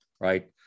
right